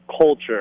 culture